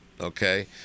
Okay